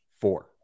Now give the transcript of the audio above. four